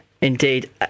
Indeed